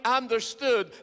understood